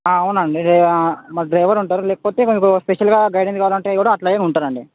అవును అండి మరి డ్రైవర్ ఉంటారు లేకపోతే మీకు స్పెషల్గా గైడెన్స్ కావాలి అంటే కూడా అట్లా అయినా ఉంటారు అండి